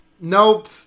nope